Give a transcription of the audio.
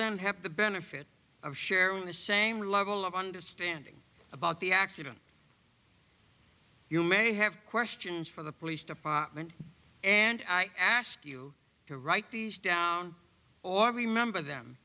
then have the benefit of sharing the same level of understanding about the accident you may have questions for the police department and i ask you to write these down or remember them